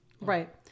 Right